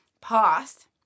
past